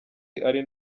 ari